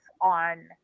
on